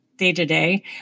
day-to-day